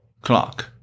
clock